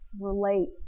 relate